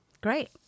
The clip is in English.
Great